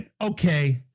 Okay